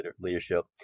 leadership